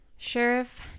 Sheriff